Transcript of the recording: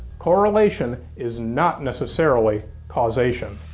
correlation is not necessarily causation.